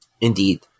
indeed